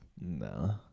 No